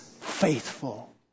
faithful